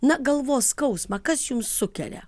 na galvos skausmą kas jums sukelia